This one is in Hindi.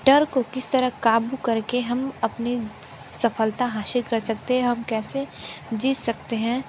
डर को किस तरह काबू करके हम अपने सफलता हासिल कर सकते है हम कैसे जीत सकते हैं